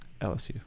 lsu